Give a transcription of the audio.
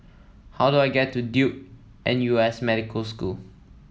how do I get to Duke N U S Medical School